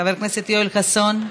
חבר הכנסת יואל חסון,